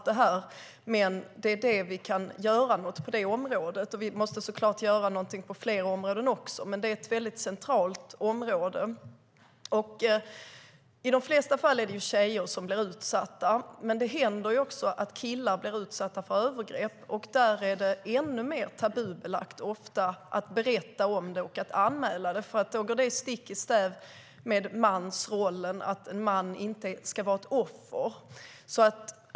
Men det är på det området vi kan göra något. Vi måste såklart göra något även på fler områden, men skolan är ett väldigt centralt område. I de flesta fall är det tjejer som blir utsatta, men det händer också att killar blir utsatta för övergrepp. Då är det ofta ännu mer tabubelagt att berätta om det och att anmäla det. Det går stick i stäv med mansrollen och att en man inte ska vara ett offer.